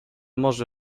może